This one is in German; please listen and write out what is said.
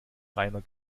reiner